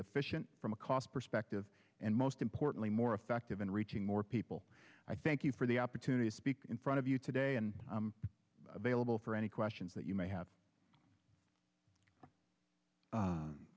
efficient from a cost perspective and most importantly more effective in reaching more people i thank you for the opportunity to speak in front of you today and available for any questions that you may have